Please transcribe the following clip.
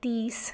तीस